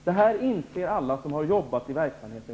Det här inser alla som själva har arbetat inom verksamheten.